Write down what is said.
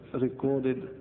recorded